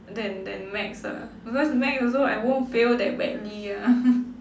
than than maths ah because maths also I won't fail that badly ah